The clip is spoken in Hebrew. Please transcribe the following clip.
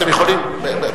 הצבעה אישית, אתם יכולים.